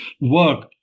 work